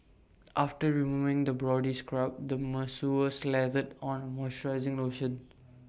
after removing the body scrub the masseur slathered on A moisturizing lotion